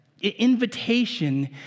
Invitation